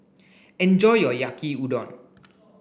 enjoy your Yaki Udon